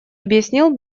объяснил